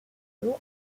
grew